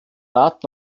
rat